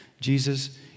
Jesus